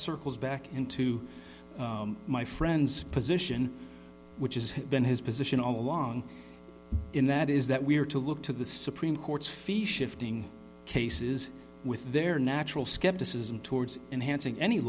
circles back into my friend's position which is has been his position all along in that is that we are to look to the supreme court's fee shifting cases with their natural skepticism towards enhancing any